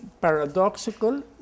paradoxical